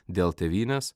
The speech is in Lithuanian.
dėl tėvynės